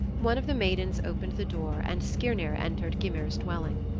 one of the maidens opened the door and skirnir entered gymer's dwelling.